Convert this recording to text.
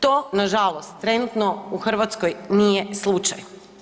To nažalost trenutno u Hrvatskoj nije slučaj.